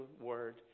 word